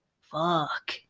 fuck